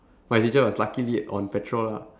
my teacher was luckily on patrol lah